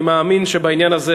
אני מאמין שבעניין הזה,